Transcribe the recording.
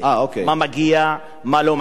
מה מגיע ומה לא מגיע.